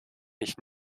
mich